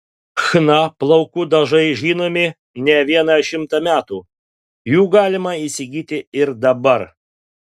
chna plaukų dažai žinomi ne vieną šimtą metų jų galima įsigyti ir dabar